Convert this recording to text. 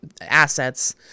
assets